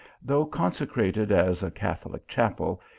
though consecrated as a catholic chapel,